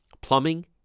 Plumbing